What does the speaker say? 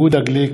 יהודה גליק,